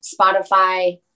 Spotify